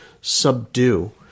subdue